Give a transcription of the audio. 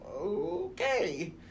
okay